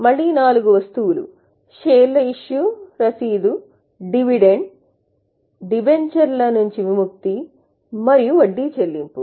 మళ్ళీ నాలుగు వస్తువుల షేర్స్ ఇష్యూ రశీదు డివిడెండ్ విముక్తి మరియు వడ్డీ చెల్లింపు